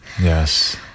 Yes